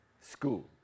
school